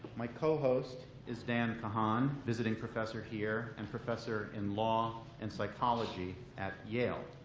my co-host is dan kahan, visiting professor here and professor in law and psychology at yale,